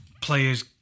players